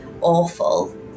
awful